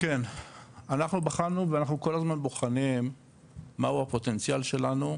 אנחנו בחנו ואנחנו כל הזמן בוחנים מהו הפוטנציאל שלנו,